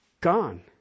Gone